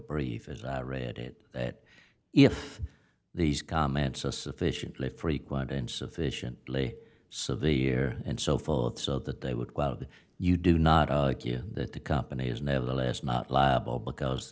brief as i read it that if these comments a sufficiently frequent and sufficiently severe and so forth so that they would you do not like you that the company is nevertheless not liable because